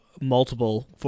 multiple